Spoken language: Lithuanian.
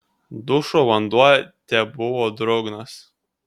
dušo vanduo tebuvo drungnas